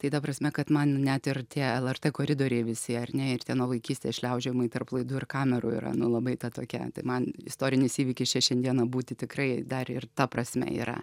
tai ta prasme kad man net ir tie lrt koridoriai visi ar ne ir tie nuo vaikystės šliaužiojimai tarp laidų ir kamerų yra nu labai ta tokia tai man istorinis įvykis čia šiandieną būti tikrai dar ir ta prasme yra